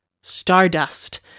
Stardust